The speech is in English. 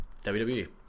WWE